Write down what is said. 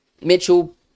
Mitchell